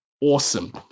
awesome